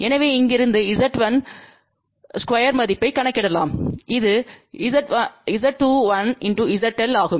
எனவே இங்கிருந்து Z1ஸ்கொயர்தின் மதிப்பைக் கணக்கிடலாம்இதுZ¿1× ZL ஆகும்